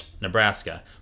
Nebraska